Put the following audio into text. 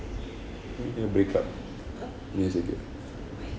need to break up